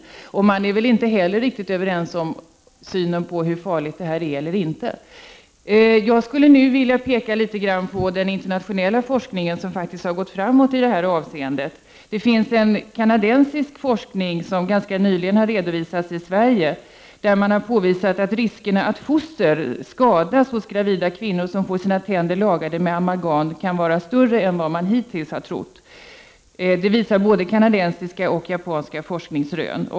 Socialutskottet är väl heller inte riktigt överens om hur farligt detta är. Jag skulle nu vilja peka på vad som sker inom den internationella forskningen, som faktiskt har gått framåt i detta avseende. Det finns kanadensisk forskning som ganska nyligen har redovisats i Sverige som påvisar att riskerna för skador på fostren hos gravida kvinnor som får sina tänder lagade med amalgam kan vara större än vad man hittills har trott. Detta visar både kanadensiska och japanska forskningsrön.